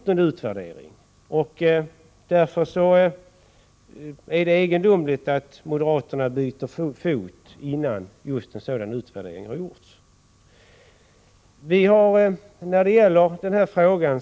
Någon utvärdering har ju inte gjorts. Det är egendomligt att moderaterna byter fot innan en sådan utvärdering har gjorts.